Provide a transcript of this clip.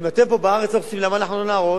אם אתם פה בארץ הורסים, למה אנחנו לא נהרוס?